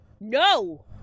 no